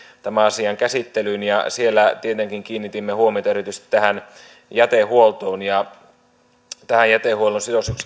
tämän asian käsittelyyn siellä tietenkin kiinnitimme huomiota erityisesti tähän jätehuoltoon ja tähän jätehuollon sidosyksikkösääntelyyn toivoimme siinä